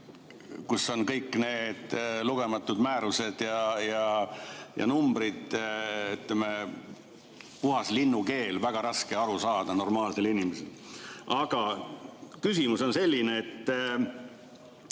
kus on kõik need lugematud määrused ja numbrid. Puhas linnukeel, väga raske aru saada normaalsel inimesel. Aga küsimus on selline.